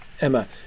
Emma